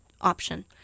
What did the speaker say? option